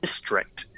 district